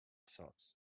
sox